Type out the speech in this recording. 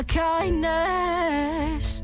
kindness